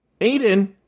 Aiden